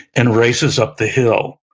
and races up the hill.